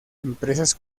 empresas